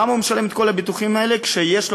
למה הוא משלם את כל הביטוחים האלה כשיש לו